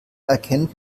erkennt